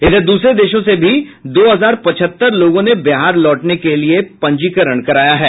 इधर दूसरे देशों से भी दो हजार पचहत्तर लोगों ने बिहार लौटने के लिए पंजीकरण कराया है